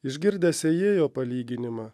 išgirdęs sėjėjo palyginimą